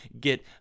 get